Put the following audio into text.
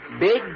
Big